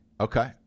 Okay